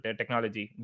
technology